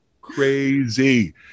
crazy